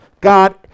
God